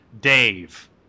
Dave